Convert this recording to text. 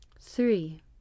Three